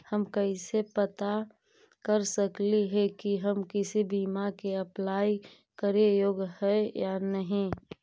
हम कैसे पता कर सकली हे की हम किसी बीमा में अप्लाई करे योग्य है या नही?